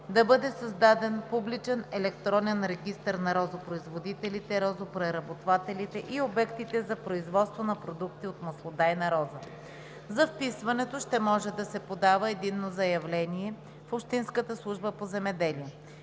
да бъде създаден публичен електронен регистър на розопроизводителите, розопреработвателите и обектите за производство на продукти от маслодайна роза. За вписването ще може да се подава единно заявление в общинската служба по земеделие.